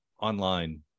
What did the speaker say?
online